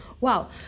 Wow